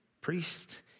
priest